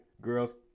Girls